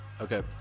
Okay